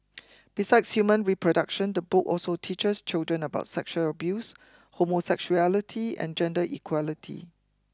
besides human reproduction the book also teaches children about sexual abuse homosexuality and gender equality